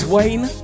Wayne